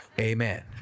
amen